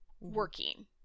working